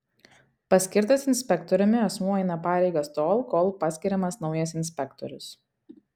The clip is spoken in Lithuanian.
paskirtas inspektoriumi asmuo eina pareigas tol kol paskiriamas naujas inspektorius